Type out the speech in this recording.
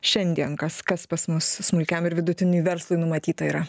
šiandien kas kas pas mus smulkiam ir vidutiniui verslui numatyta yra